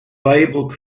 bible